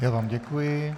Já vám děkuji.